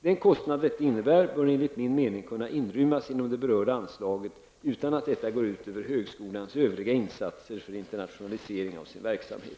Den kostnad detta innebär bör enligt min mening kunna inrymmas inom det berörda anslaget utan att detta går ut över högskolans övriga insatser för internationalisering av sin verksamhet.